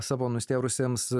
savo nustėrusiems